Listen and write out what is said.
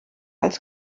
als